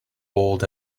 old